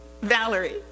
Valerie